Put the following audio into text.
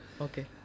Okay